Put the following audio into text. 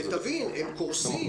ותבין הם קורסים.